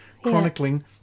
chronicling